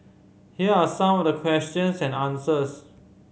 here are some of the questions and answers